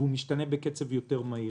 בקצב מהיר יותר.